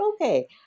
okay